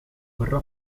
verrà